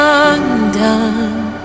undone